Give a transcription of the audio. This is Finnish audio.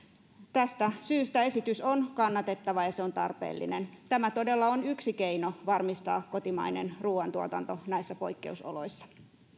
tästä syystä esitys on kannatettava ja se on tarpeellinen tämä todella on yksi keino varmistaa kotimainen ruoantuotanto näissä poikkeusoloissa